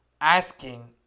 Asking